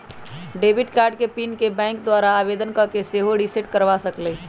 debit card के PIN के bank द्वारा आवेदन कऽ के सेहो रिसेट करबा सकइले